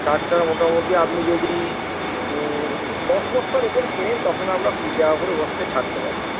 সারটা মোটামুটি আপনি যদি দশ বস্তার ওপরে কেনেন তখন আমরা কুড়ি টাকা করে বস্তায় ছাড়তে পারি